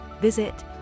visit